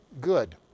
good